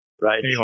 Right